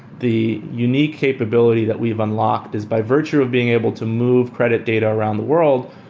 the unique capability that we've unlocked is by virtue of being able to move credit data around the world.